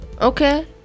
Okay